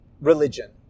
religion